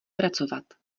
pracovat